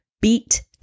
Beat